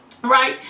Right